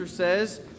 says